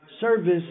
service